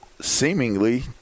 Seemingly